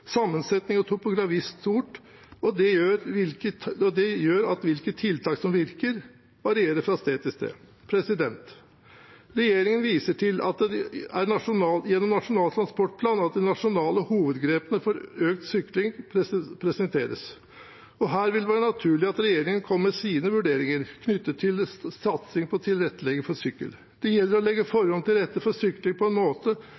og topografi stort, og det gjør at hvilke tiltak som virker, varierer fra sted til sted. Regjeringen viser til at det er gjennom Nasjonal transportplan at de nasjonale hovedgrepene for økt sykling presenteres, og her vil det være naturlig at regjeringen kommer med sine vurderinger knyttet til satsing på tilrettelegging for sykkel. Det gjelder å legge forholdene til rette for sykling på en måte